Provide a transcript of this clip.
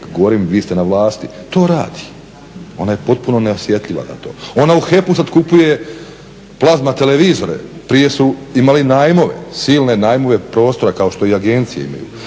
govorim vi ste na vlasti to radi. Ona je potpuno neosjetljiva na to. Ona u HEP-u sad kupuje plazma televizore, prije su imali najmove, silne najmove prostora kao što i agencije imaju.